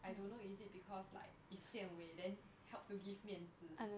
I don't know is it because it's jian wei then help to give 面子